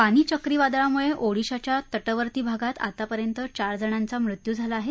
फानी चक्रीवादळामुळं ओडीशाच्या तटवर्ती भागात आतापर्यंत चार जणांचा मृत्यू झाला आहे